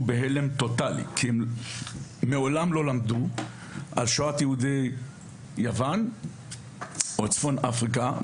בהלם טוטלי כי הם מעולם לא למדו על שואת יהודי יוון או צפון אפריקה.